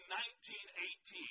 1918